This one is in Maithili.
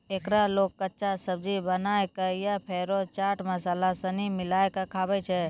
एकरा लोग कच्चा, सब्जी बनाए कय या फेरो चाट मसाला सनी मिलाकय खाबै छै